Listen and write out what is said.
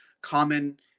common